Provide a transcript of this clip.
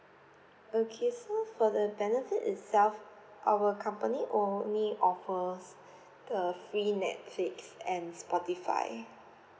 okay so for the benefit itself our company only offers the free netflix and spotify